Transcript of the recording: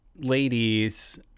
ladies